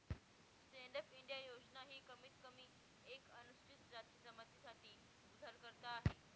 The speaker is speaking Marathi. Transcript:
स्टैंडअप इंडिया योजना ही कमीत कमी एक अनुसूचित जाती जमाती साठी उधारकर्ता आहे